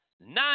nine